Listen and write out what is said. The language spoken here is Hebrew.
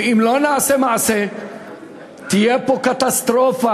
ואם לא נעשה מעשה תהיה פה קטסטרופה,